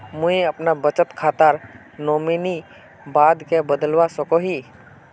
मुई अपना बचत खातार नोमानी बाद के बदलवा सकोहो ही?